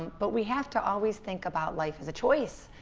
but we have to always think about life as a choice.